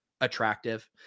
attractive